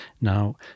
now